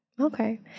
Okay